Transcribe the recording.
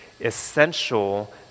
essential